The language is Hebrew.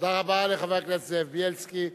תודה רבה לחבר הכנסת זאב בילסקי.